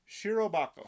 Shirobako